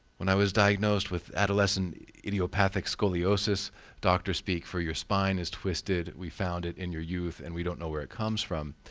when i was diagnosed with adolescent idiopathic scoliosis doctor speak, for your spine is twisted we found it in your youth, and we don't know where it comes from.